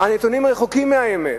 הנתונים רחוקים מהאמת.